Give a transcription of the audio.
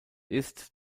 ist